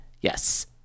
yes